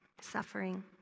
suffering